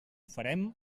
farem